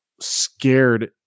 scared